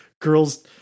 girls